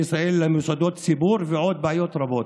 ישראל למוסדות ציבור ועוד בעיות רבות.